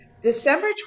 December